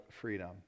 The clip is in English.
freedom